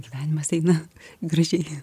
gyvenimas eina gražiai